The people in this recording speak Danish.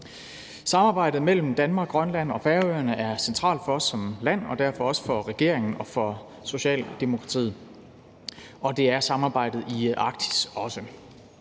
Samarbejdet mellem Danmark, Grønland og Færøerne er centralt for os som land og derfor også for regeringen og for Socialdemokratiet, og det er samarbejdet i Arktis også.